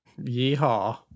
Yeehaw